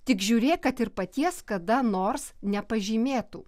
tik žiūrėk kad ir paties kada nors nepažymėtų